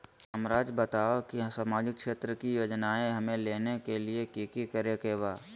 हमराज़ बताओ कि सामाजिक क्षेत्र की योजनाएं हमें लेने के लिए कि कि करे के बा?